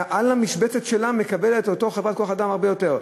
על המשבצת שלהן מקבלת אותה חברת כוח-אדם הרבה יותר.